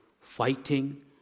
fighting